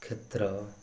କ୍ଷେତ୍ର